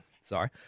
sorry